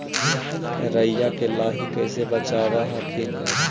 राईया के लाहि कैसे बचाब हखिन?